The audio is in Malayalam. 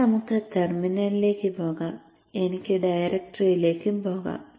ഇനി നമുക്ക് ടെർമിനലിലേക്ക് പോകാം എനിക്ക് ഡയറക്ടറിയിലേക്കും പോകാം